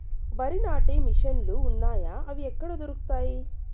వరి నాటే మిషన్ ను లు వున్నాయా? అవి ఎక్కడ దొరుకుతాయి?